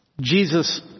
Jesus